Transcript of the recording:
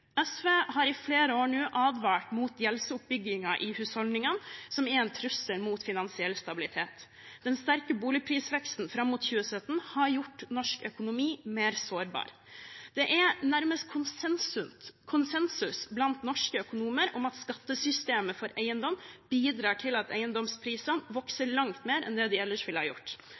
SV har i flere år nå advart mot gjeldsoppbyggingen i husholdningene, som er en trussel mot finansiell stabilitet. Den sterke boligprisveksten fram mot 2017 har gjort norsk økonomi mer sårbar. Det er nærmest konsensus blant norske økonomer om at skattesystemet for eiendom bidrar til at eiendomsprisene vokser langt mer enn det de ellers ville ha gjort.